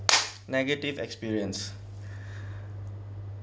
negative experience